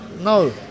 No